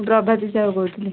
ପ୍ରଭାତି ସାହୁ କହୁଥିଲି